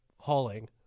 hauling